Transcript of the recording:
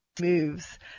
Moves